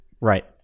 Right